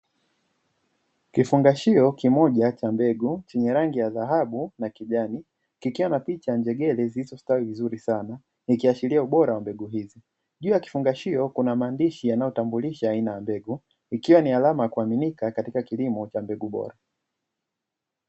Kifungashio kimoja cha mbegu chenye rangi ya dhahabu na kijani, kikiwa na picha ya njegere zilizostawi vizuri sana, ikiashiria ubora wa mbegu hizi, juu ya kifungashio kuna maandishi yanayotambulisha aina ya mbegu, ikiwa ni alama ya kuaminika katika kilimo cha mbegu bora.